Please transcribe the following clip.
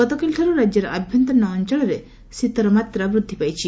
ଗତକାଲିଠାରୁ ରାକ୍ୟର ଆଭ୍ୟନ୍ତରୀଣ ଅଞ୍ଚଳରେ ଶୀତ ବୃଦ୍ଧି ପାଇଛି